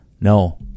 No